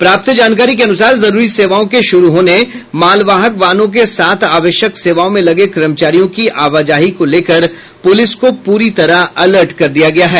प्राप्त जानकारी के अनुसार जरूरी सेवाओं के शुरू होने मालवाहक वाहनों के साथ आवश्यक सेवाओं में लगे कर्मचारियों की आवाजाही को लेकर प्रलिस को पूरी तरह अलर्ट कर दिया गया है